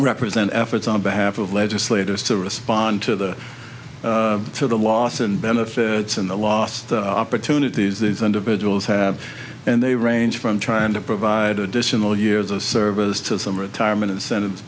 represent efforts on behalf of legislators to respond to the to the loss and benefits in the last opportunities these individuals have and they range from trying to provide additional years of service to some retirement incentives